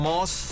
Moss